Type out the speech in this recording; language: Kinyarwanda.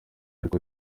ariko